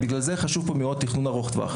ולכן חשוב פה מאוד תכנון ארוך טווח.